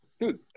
dude